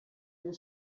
you